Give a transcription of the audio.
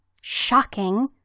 shocking